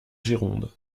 gironde